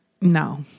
No